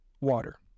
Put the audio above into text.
water